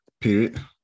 period